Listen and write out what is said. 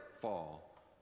fall